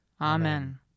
Amen